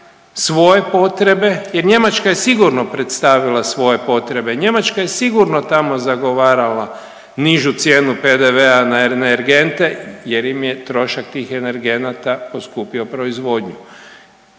svoje potrebe jer Njemačka je sigurno predstavila svoje potrebe, Njemačka je sigurno tamo zagovarala nižu cijenu PDV-a na energente jer im je trošak tih energenata poskupio proizvodnju